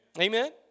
Amen